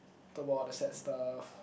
talk about all the sad stuff